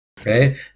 okay